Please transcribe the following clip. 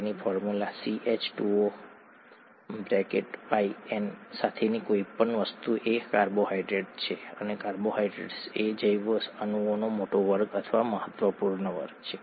તેથી formula n સાથેની કોઈપણ વસ્તુ એ કાર્બોહાઇડ્રેટ છે અને કાર્બોહાઇડ્રેટ્સ એ જૈવ અણુઓનો મોટો વર્ગ અથવા મહત્વપૂર્ણ વર્ગ છે